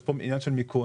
יש כאן עניין של מיכון,